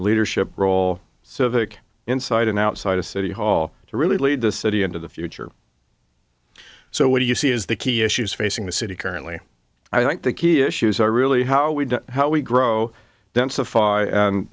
leadership role so the inside and outside of city hall to really lead the city into the future so what do you see is the key issues facing the city currently i think the key issues are really how we how we grow